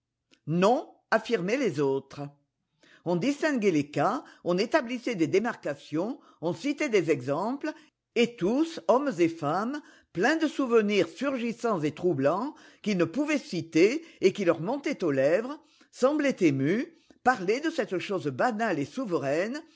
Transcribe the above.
non affirmaient les autres on distinguait les cas on établissait des démarcations on citait des exemples et tous hommes et femmes pleins de souvenirs surgissants et troublants qu'ils ne pouvaient citer et qui leur montaient aux lèvres semblaient émus parlaient de cette chose banale et souveraine